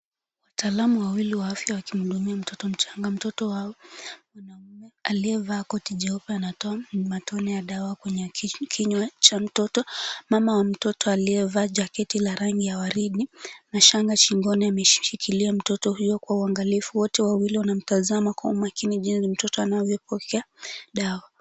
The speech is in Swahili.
Wataalamu wawili wa afya wakimhudumia mtoto mchanga, mtoto wao aliyevaa koti jeupe anatoa matone ya dawa kwenye kinywa cha mtoto, mama wa mtoto aliyevaa jaketi la rangi ya waridi na shanga shingoni ameshikilia mtoto huyo kwa uangalifu, wote wawili wanamtazama kwa umakini jinsi mtoto anavyopokea dawa.